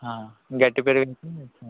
ఆ గట్టి పెరుగు అయితే తెచ్చేయండి